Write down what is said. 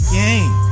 game